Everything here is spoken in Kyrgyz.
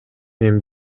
мен